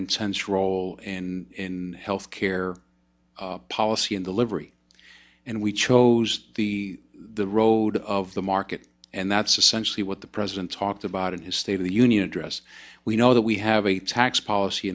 intense role in health care policy and delivery and we chose the the road of the market and that's essentially what the president talked about in his state of the union address we know that we have a tax policy